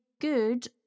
good